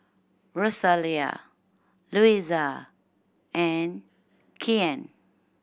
Rosalia Luisa and Kyan